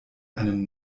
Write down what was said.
einen